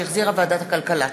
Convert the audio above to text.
שהחזירה ועדת הכלכלה.